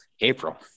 April